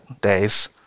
days